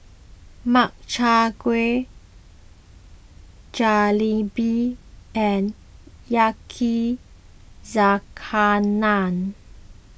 Makchang Gui Jalebi and Yakizakana